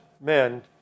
men